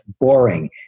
boring